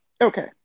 Okay